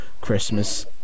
Christmas